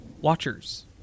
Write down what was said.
watchers